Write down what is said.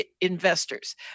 investors